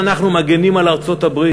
זה לא שאנחנו מגינים על ארצות-הברית,